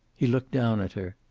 he looked down at her.